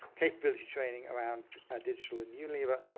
capability training around ah digital in unilever.